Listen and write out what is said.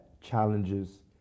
challenges